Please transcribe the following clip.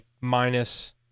minus